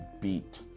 beat